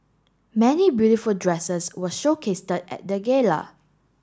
many beautiful dresses were showcased at the gala